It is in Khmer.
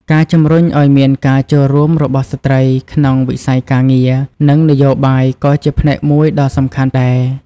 ការជំរុញឱ្យមានការចូលរួមរបស់ស្ត្រីក្នុងវិស័យការងារ និងនយោបាយក៏ជាផ្នែកមួយដ៏សំខាន់ដែរ។